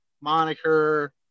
moniker